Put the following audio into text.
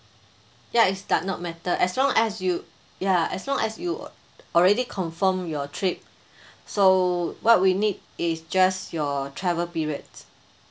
ya it does not matter as long as you ya as long as you already confirm your trip so what we need is just your travel period